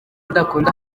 udakunda